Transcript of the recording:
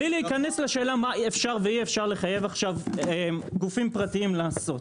בלי להיכנס לשאלה מה אפשר ואי אפשר לחייב עכשיו גופים פרטיים לעשות.